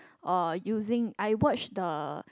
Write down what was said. or using I watch the